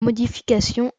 modifications